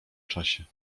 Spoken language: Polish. czasie